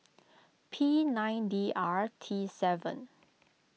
P nine D R T seven